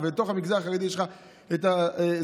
ובתוך המגזר החרדי יש לך את הספרדים,